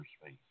space